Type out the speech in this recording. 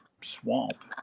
swamp